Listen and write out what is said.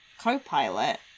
Copilot